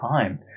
time